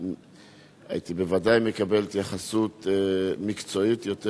הייתי בוודאי מקבל התייחסות מקצועית יותר.